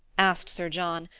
asked sir john,